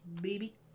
baby